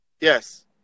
Yes